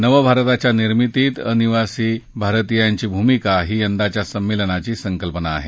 नवभारताच्या निर्मितीत अनिवासित भारतीयांची भूमिका ही यंदाच्या संमेलनाची संकल्पना आहे